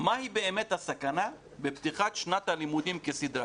מה היא באמת הסכנה בפתיחת שנת הלימודים כסדרה?